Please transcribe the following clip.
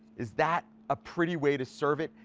is that a pretty way to serve it?